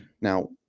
Now